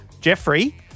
Jeffrey